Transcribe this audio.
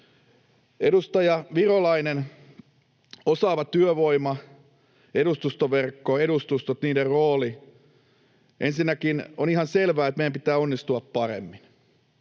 Edustaja Virolainen, osaava työvoima, edustustoverkko, edustustot, niiden rooli: Ensinnäkin on ihan selvää, että meidän pitää onnistua paremmin.